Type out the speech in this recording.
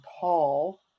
Paul